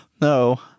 no